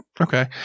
Okay